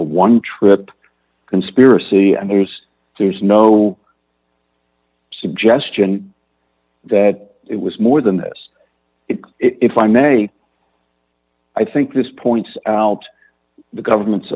a one trip conspiracy and there's there's no suggestion that it was more than this if i may i think this points out the government's